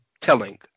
telling